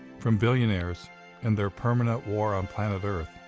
from billionaires and their permanent war on planet earth.